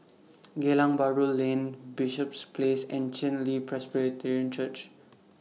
Geylang Bahru Lane Bishops Place and Chen Li Presbyterian Church